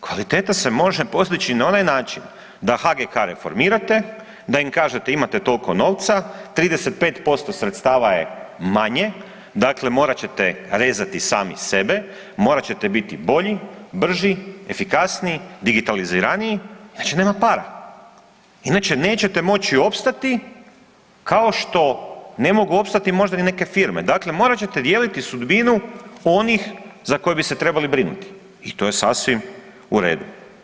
Kvaliteta se može postići na onaj način da HGK reformirate, da im kažete imate toliko novca, 35% sredstava je manje dakle morat ćete rezati sami sebe, morat ćete biti bolji, brži, efikasniji, digitaliziraniji inače nema para, inače nećete moći opstati kao što ne mogu opstati možda ni neke firme, dakle morat ćete dijeliti sudbinu onih za koje bi se trebali brinuti i to je sasvim u redu.